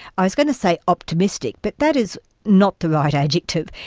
i was going to say optimistic, but that is not the right adjective,